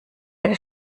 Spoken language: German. eine